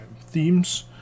themes